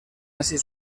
àcid